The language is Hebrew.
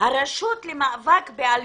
הרשות למאבק באלימות,